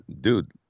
Dude